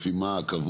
לפי מה קבעו,